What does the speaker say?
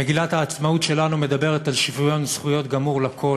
מגילת העצמאות שלנו מדברת על שוויון זכויות גמור לכול,